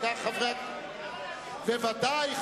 בוודאי,